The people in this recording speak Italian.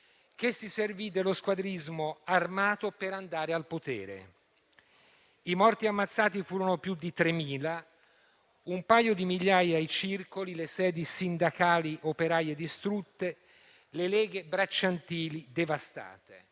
che si servì dello squadrismo armato per andare al potere. I morti ammazzati furono più di 3.000, un paio di migliaia i circoli e le sedi sindacali e operaie distrutte, le leghe bracciantili devastate.